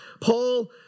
Paul